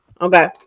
Okay